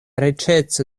riĉeco